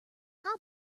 how